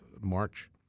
March